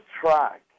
track